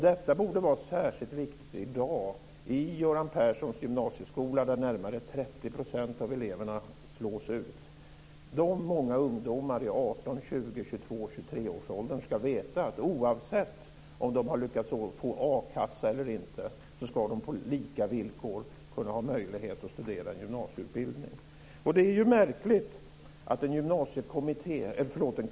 Detta borde vara särskilt viktigt i dag i Göran Perssons gymnasieskola, där närmare 30 % av eleverna slås ut. De många ungdomarna i 18-23 årsåldern ska veta att de oavsett om de har lyckats få a-kassa eller inte på lika villkor ska ha möjlighet att studera på en gymnasieutbildning.